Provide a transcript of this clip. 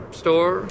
store